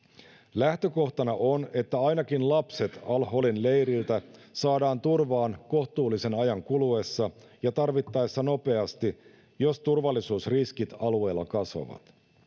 lähtökohtana on että ainakin lapset al holin leiriltä saadaan turvaan kohtuullisen ajan kuluessa ja tarvittaessa nopeasti jos turvallisuusriskit alueella kasvavat